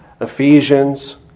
Ephesians